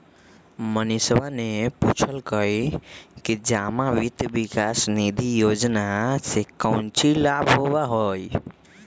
मनीषवा ने पूछल कई कि जमा वित्त विकास निधि योजना से काउची लाभ होबा हई?